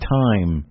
time